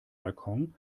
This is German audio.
balkon